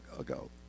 ago